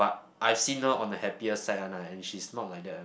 but I seen her on a happier side one lah and she's not like that